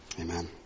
Amen